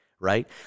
Right